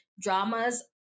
dramas